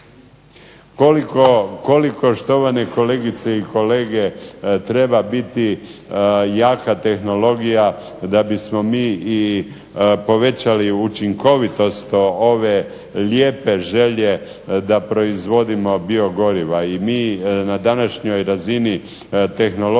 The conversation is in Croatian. Koliko štovane kolegice i kolege treba biti jaka tehnologija da bismo mi i povećali učinkovitost ove lijepe želje da proizvodimo biogoriva, i mi na današnjoj razini tehnologijskog